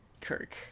Kirk